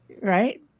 Right